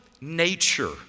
nature